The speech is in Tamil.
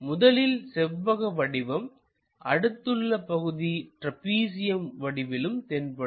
முதலில் செவ்வக வடிவம் அடுத்துள்ள பகுதி ட்ராபிசியம் வடிவிலும் தென்படும்